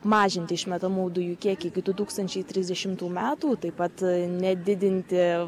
mažinti išmetamų dujų kiekį iki du tūkstančiai trisdešimų metų taip pat nedidinti